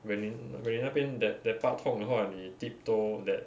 when 你 when 你那边 that that part 痛的话你 tiptoe that